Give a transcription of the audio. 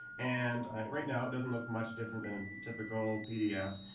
and right now, it doesn't look much different than a typical pdf.